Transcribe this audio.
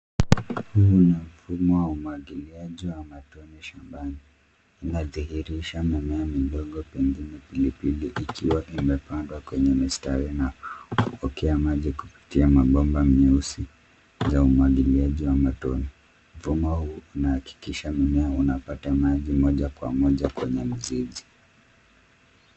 Huu ni mfumo wa umwagiliaji wa matone shambani. Unadhihirisha mimea midogo pengine pilipili ikiwa imepandwa kwenye mistari na kupokea maji kupitia mabomba meusi ya umwagiliaji wa matone. Mfumo huu unahakikisha mmea unapata maji moja kwa moja kwenye mzizi.